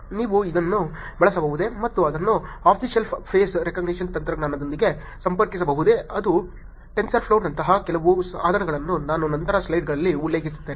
ನೀವು ಅದನ್ನು ಬಳಸಬಹುದೇ ಮತ್ತು ಅದನ್ನು off the shelf face recognition ತಂತ್ರಜ್ಞಾನದೊಂದಿಗೆ ಸಂಪರ್ಕಿಸಬಹುದೇ ಅದು ಟೆನ್ಸರ್ಫ್ಲೋನಂತಹ ಕೆಲವು ಸಾಧನಗಳನ್ನು ನಾನು ನಂತರ ಸ್ಲೈಡ್ಗಳಲ್ಲಿ ಉಲ್ಲೇಖಿಸುತ್ತೇನೆ